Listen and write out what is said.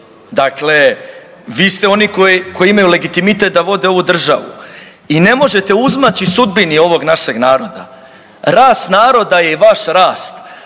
Dakle, vi ste oni koji, koji imaju legitimitet da vode ovu državu i ne možete uzmaći sudbini ovog našeg naroda. Rast naroda je i vaš rast,